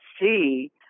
see